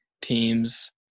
teams